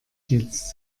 jetzt